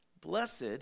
Blessed